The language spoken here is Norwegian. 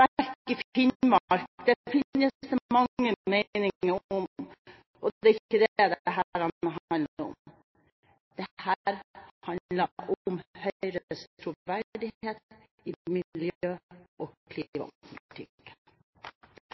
aluminiumsverk i Finnmark. Det finnes det mange meninger om, det er ikke det dette handler om. Dette handler om Høyres troverdighet i miljø- og